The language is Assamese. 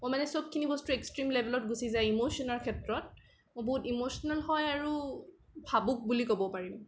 মই মানে চবখিনি বস্তু এক্সট্ৰিম লেভেলত গুচি যায় ইম'চনৰ ক্ষেত্ৰত মই বহুত ইম'চনেল হয় আৰু ভাবুক বুলি ক'ব পাৰি